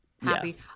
happy